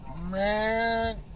Man